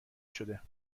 شده